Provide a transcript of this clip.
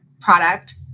product